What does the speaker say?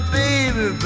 baby